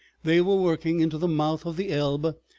they were working into the mouth of the elbe,